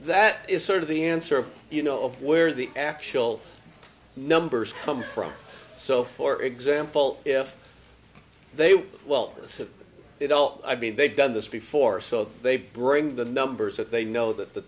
that is sort of the answer you know of where the actual numbers come from so for example if they were well have they dealt i mean they've done this before so they bring the numbers that they know that the